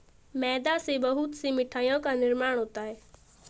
मैदा से बहुत से मिठाइयों का निर्माण होता है